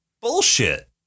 bullshit